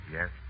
Yes